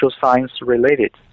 science-related